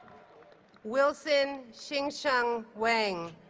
wilson xingsheng wang